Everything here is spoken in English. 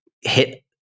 hit